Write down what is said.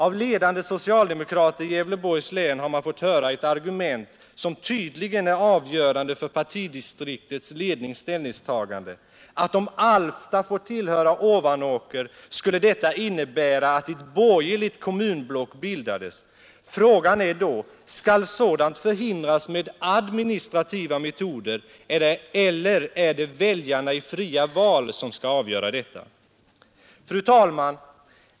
Av ledande socialdemokrater i Gävleborgs län har man fått höra det argumentet, som tydligen är avgörande för partidistriktets lednings ställningstagande, att om Alfta får tillhöra Ovanåker skulle detta innebära att ett borgerligt kommunblock bildades. Frågan är då: Skall sådant förhindras med administrativa metoder eller är det väljarna i fria val som skall avgöra detta? Herr talman!